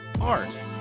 art